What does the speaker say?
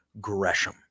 Gresham